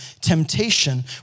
temptation